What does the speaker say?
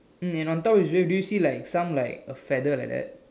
and on top do you see some like a feather like that